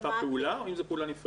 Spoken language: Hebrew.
אם זו אותה פעולה או אם זו פעולה נפרדת?